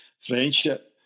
friendship